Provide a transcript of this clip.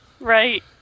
Right